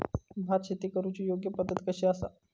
भात शेती करुची योग्य पद्धत कशी आसा?